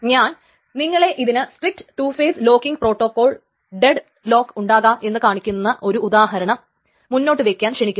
ഞാൻ നിങ്ങളെ ഇതിന് സ്ട്രിക്ട് ടു ഫെയിസ് ലോക്കിങ്ങ് പ്രോട്ടോകോളിൽ ഡെഡ് ലോക്ക് ഉണ്ടാവാം എന്ന് കാണിക്കുന്ന ഒരു ഉദാഹരണം മുന്നോട്ട് വയ്ക്കാൻ ക്ഷണിക്കുന്നു